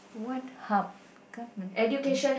what hub come a~